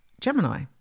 Gemini